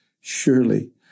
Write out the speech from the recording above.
Surely